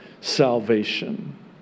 salvation